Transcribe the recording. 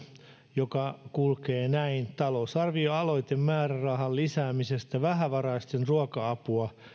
joka kulkee näin talousarvioaloite määrärahan lisäämisestä vähävaraisten ruoka apua